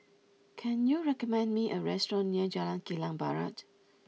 can you recommend me a restaurant near Jalan Kilang Barat